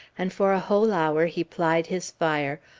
and for a whole hour he plied his fire,